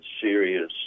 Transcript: serious